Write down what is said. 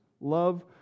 love